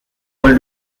rôle